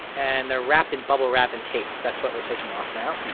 and they're wrapped in bubble wrap and tape. that's what we're taking off now.